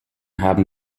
haben